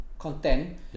content